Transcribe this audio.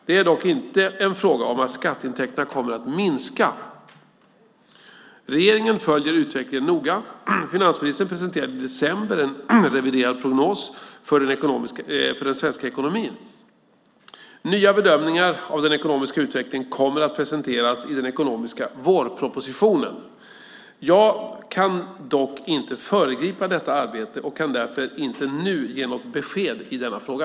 Det är dock inte en fråga om att skatteintäkterna kommer att minska. Regeringen följer utvecklingen noga. Finansministern presenterade i december en reviderad prognos för den svenska ekonomin. Nya bedömningar av den ekonomiska utvecklingen kommer att presenteras i den ekonomiska vårpropositionen. Jag kan dock inte föregripa detta arbete och kan därför inte nu ge något besked i denna fråga.